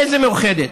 איזה מאוחדת?